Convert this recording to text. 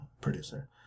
Producer